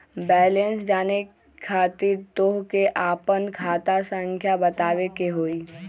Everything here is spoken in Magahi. बैलेंस जाने खातिर तोह के आपन खाता संख्या बतावे के होइ?